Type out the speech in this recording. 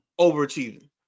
overachieving